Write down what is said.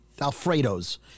Alfredo's